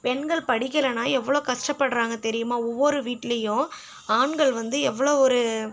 பெண்கள் படிக்கலைன்னா எவ்வளோ கஷ்டப்படுறாங்க தெரியுமா ஒவ்வொரு வீட்லேயும் ஆண்கள் வந்து எவ்வளோ ஒரு